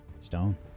Stone